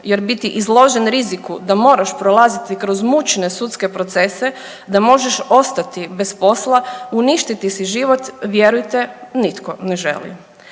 jer biti izložen riziku da moraš prolaziti kroz mučne sudske procese, da možeš ostati bez posla, uništiti si život vjerujte nitko ne želi.